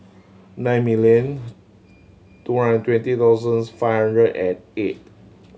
nine million two hundred twenty thousands five hundred and eight